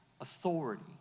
authority